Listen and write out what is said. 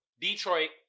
Detroit